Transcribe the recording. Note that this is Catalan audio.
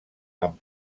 amb